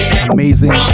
Amazing